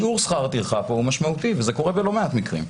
שיעור שכר הטרחה פה הוא משמעותי וזה קורה לא במעט מקרים.